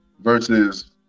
versus